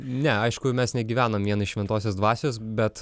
ne aišku mes negyvenam vien iš šventosios dvasios bet